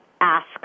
ask